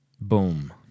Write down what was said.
boom